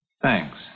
Thanks